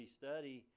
study